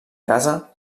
casa